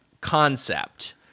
concept